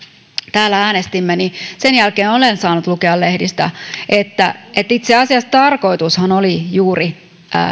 täällä äänestimme niin sen jälkeen olen saanut lukea lehdistä että että itse asiassa tarkoitushan oli juuri